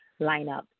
lineup